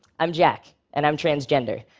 i'm jack, and i'm transgender,